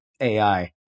AI